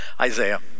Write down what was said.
Isaiah